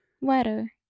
Weather